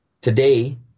today